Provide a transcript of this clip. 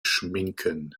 schminken